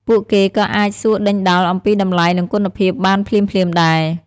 ពួកគេក៏អាចសួរដេញដោលអំពីតម្លៃនិងគុណភាពបានភ្លាមៗដែរ។